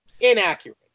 Inaccurate